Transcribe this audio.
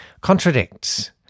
contradicts